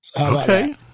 Okay